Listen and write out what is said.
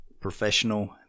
professional